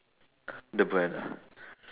the brand ah